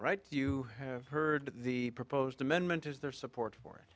right you have heard the proposed amendment is there support for it